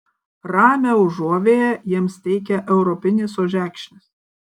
ramią užuovėją jiems teikia europinis ožekšnis